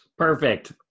Perfect